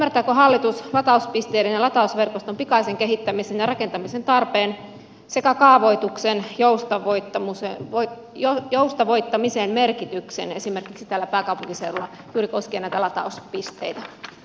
ymmärtääkö hallitus latauspisteiden ja latausverkoston pikaisen kehittämisen ja rakentamisen tarpeen sekä kaavoituksen joustavoittamisen merkityksen esimerkiksi täällä pääkaupunkiseudulla juuri koskien näitä latauspisteitä